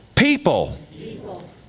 People